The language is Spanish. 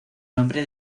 nombre